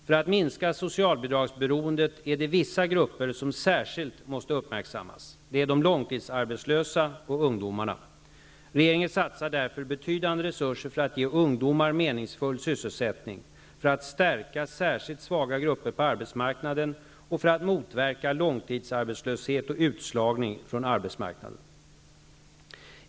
För att minska socialbidragsberoendet är det vissa grupper som särskilt måste uppmärksammas. Det är de långtidsarbetslösa och ungdomarna. Regeringen satsar därför betydande resurser för att ge ungdomar meningsfull sysselsättning, för att stärka särskilt svaga grupper på arbetsmarknaden och för att motverka långtidsarbetslöshet och utslagning från arbetsmarknaden.